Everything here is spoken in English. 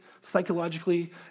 psychologically